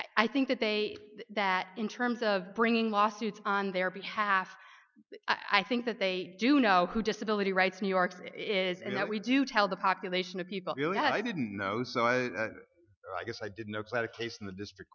behalf i think that they that in terms of bringing lawsuits on their behalf i think that they do now to disability rights new york it and that we do tell the population of people that i didn't know so i guess i did know it's not a case in the district